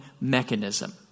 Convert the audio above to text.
mechanism